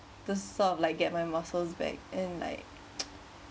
the sort of like get my muscles back and like